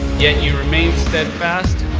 yet you remained steadfast,